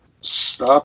Stop